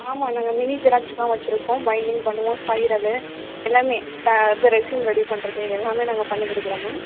ஆமாம் நாங்கள் மினி ஜெராக்ஸெலாம் வச்சிருக்கோம் பைண்டிங் பண்ணுவோம் ஸ்பைரலு எல்லாமே இப்போ இது ரெஸ்யூம் ரெடி பண்ணுறது எல்லாமே நாங்கள் பண்ணி கொடுக்குறோம் மேம்